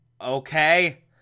Okay